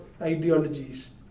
ideologies